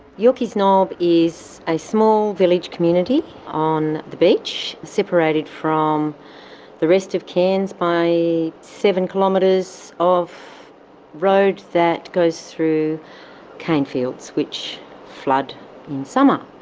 yorkeys knob is a small village community on the beach, separated from the rest of cairns by seven kilometres of road that goes through cane fields which flood in summer.